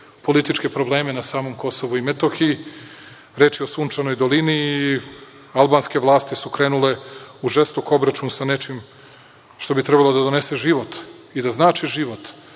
političke probleme na samom Kosovu i Metohiji. Reč je o „Sunčanoj dolini“. Albanske vlasti su krenule u žestok obračun sa nečim što bi trebalo da donese život i da znači život